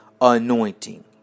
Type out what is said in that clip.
anointing